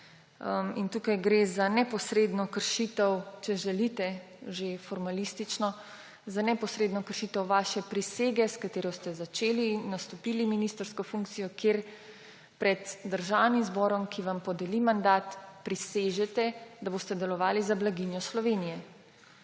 Tukaj gre za neposredno kršitev, če želite že formalistično, vaše prisege, s katero ste začeli in nastopili ministrsko funkcijo, kjer pred državnim zborom, ki vam podeli mandat, prisežete, da boste delovali za blaginjo Slovenije.